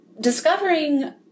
discovering